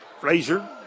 Frazier